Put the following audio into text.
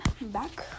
Back